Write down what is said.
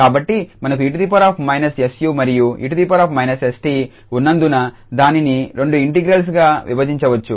కాబట్టి మనకు 𝑒−𝑠𝑢 మరియు 𝑒−𝑠𝑡 ఉన్నందున దానిని రెండు ఇంటిగ్రల్ గా విభజించవచ్చు